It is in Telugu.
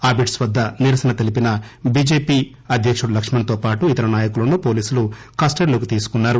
ఆబిడ్స్ వద్ద నిరసన తెలిపిన బీజేపీ అధ్యకుడు లక్ష్మణ్ తోపాటు ఇతర నాయకులను పోలీసులు కస్టడీలోకి తీసుకున్నారు